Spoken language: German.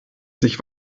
sich